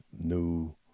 new